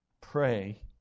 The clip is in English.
Pray